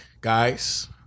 guys